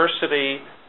diversity